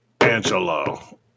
Angelo